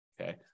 Okay